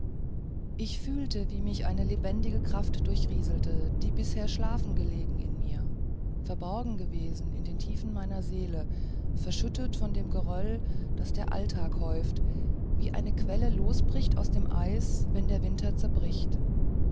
ich fühlte wie mich eine lebendige kraft durchrieselte die bisher schlafen gelegen in mir verborgen gewesen in den tiefen meiner seele verschüttet von dem geröll das der alltag häuft wie eine quelle losbricht aus dem eis wenn der winter zerbricht